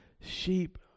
sheep